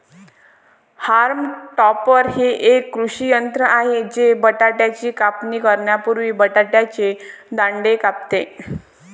haulm topper हे एक कृषी यंत्र आहे जे बटाट्याची कापणी करण्यापूर्वी बटाट्याचे दांडे कापते